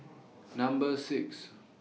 Number six